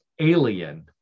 alien